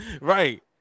right